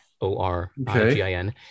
o-r-i-g-i-n